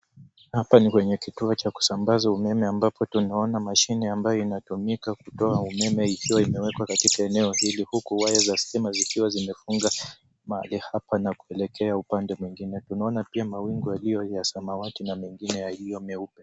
Hapa ni kwenye kituo cha kusambaza umeme ambapo hapa tunaona kutumika kutoa umeme ikiwa imewekwa kwenye eneo hili huku waya za stima zikiwa zimefunga mahali hapa na kuelekea upande mwingin na tunaona pia mawingu yaliyo ya samawati na mengine yaliyo meupe.